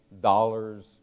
dollars